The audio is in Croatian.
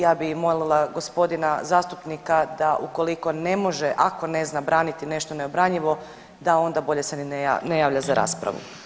Ja bi molila gospodina zastupnika da ukoliko ne može, ako ne zna braniti nešto neobranjivo da onda bolje se ni ne, ne javlja za raspravu.